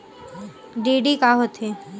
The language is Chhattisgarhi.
डी.डी का होथे?